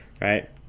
right